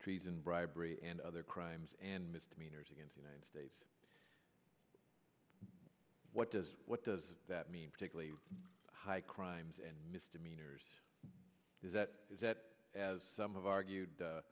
treason bribery and other crimes and misdemeanors against united states what does what does that mean particularly high crimes and misdemeanors is that as some of argued